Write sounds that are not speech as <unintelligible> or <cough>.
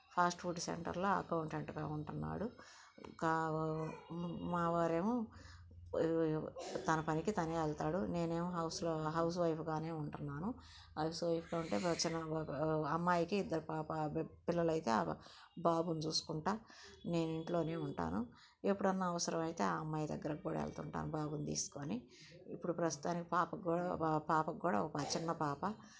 fast food సెంటర్లో అకౌంటెంట్గా ఉంటున్నాడు ఒక మావారు ఏమో తన పైకి తనే వెళ్తాడు నేను ఏమో హౌస్ హౌస్వైఫ్గానే ఉంటున్నాను సో ఇక్కడ ఉంటే <unintelligible> అమ్మాయికి ఇద్దరు పాప పిల్లలు అయితే బాబుని చూసుకుంటూ నేను ఇంట్లోనే ఉంటాను ఎప్పుడన్నా అవసరమైతే ఆ అమ్మాయి దగ్గరకు కూడా వెళ్తుంటాను బాబుని తీసుకొని ఇప్పుడు ప్రస్తుతానికి పాపకు పాపకు కూడా ఒక చిన్న పాప